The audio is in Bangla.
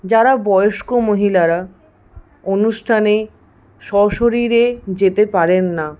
যারা বয়স্ক মহিলারা অনুষ্ঠানে সশরীরে যেতে পারেন না